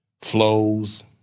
flows